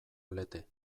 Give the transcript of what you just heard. lete